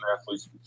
athletes